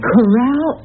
Corral